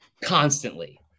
Constantly